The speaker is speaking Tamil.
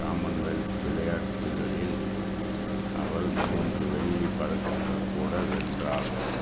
காமன் வெல்த் விளையாட்டுகளில் அவள் மூன்று வெள்ளிப் பதக்கங்கள் கூட வென்றாள்